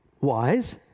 wise